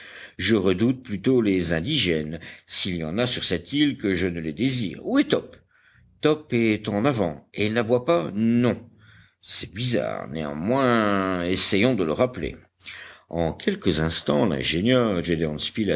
je redoute plutôt les indigènes s'il y en a sur cette île que je ne les désire où est top top est en avant et il n'aboie pas non c'est bizarre néanmoins essayons de le rappeler en quelques instants l'ingénieur